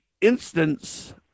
instance